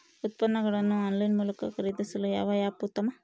ಉತ್ಪನ್ನಗಳನ್ನು ಆನ್ಲೈನ್ ಮೂಲಕ ಖರೇದಿಸಲು ಯಾವ ಆ್ಯಪ್ ಉತ್ತಮ?